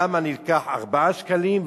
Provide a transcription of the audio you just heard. למה נלקחו 4 שקלים,